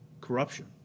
corruption